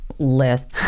List